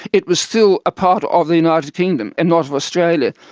it was still a part of the united kingdom and not of australia.